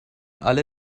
alle